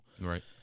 Right